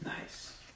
Nice